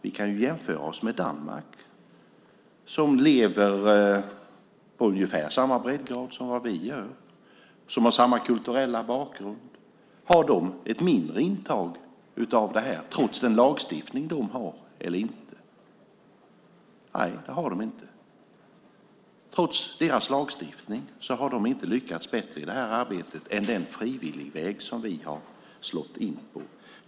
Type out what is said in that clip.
Vi kan jämföra oss med Danmark, som ligger på ungefär samma breddgrader som vi gör och har samma kulturella bakgrund. Har de ett mindre intag av detta eller inte? Nej, det har de inte. Trots sin lagstiftning har de inte lyckats bättre i det här arbetet än vi med den frivillighetsväg som vi har slagit in på.